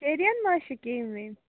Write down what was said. چیٚری یَن ما چھِ کٮیٚمۍ وٮیٚمۍ